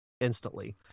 instantly